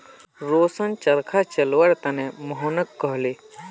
रोशन चरखा चलव्वार त न मोहनक कहले